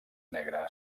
negra